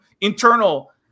internal